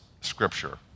scripture